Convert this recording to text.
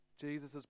Jesus